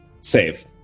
Save